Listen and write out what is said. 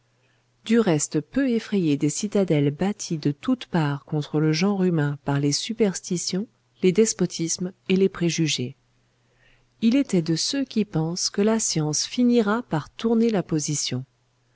du reste peu effrayé des citadelles bâties de toutes parts contre le genre humain par les superstitions les despotismes et les préjugés il était de ceux qui pensent que la science finira par tourner la position